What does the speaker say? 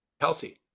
healthy